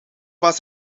was